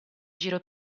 giro